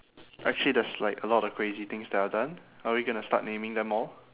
actually there's like a lot of crazy things that I've done are we gonna start naming them all